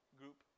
group